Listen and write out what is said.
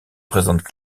présentent